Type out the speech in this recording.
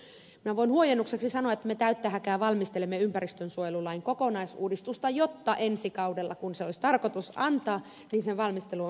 minä voin huojennukseksi sanoa että me täyttä häkää valmistelemme ympäristönsuojelulain kokonaisuudistusta jotta ensi kaudella kun se olisi tarkoitus antaa sen valmistelu olisi aiemmin valmis